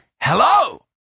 hello